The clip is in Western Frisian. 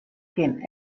kin